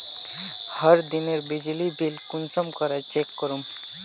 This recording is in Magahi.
हर दिनेर बिजली बिल कुंसम करे चेक करूम?